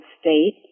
state